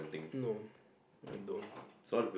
no I don't